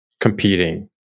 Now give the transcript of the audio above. competing